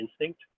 instinct